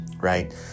right